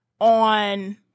on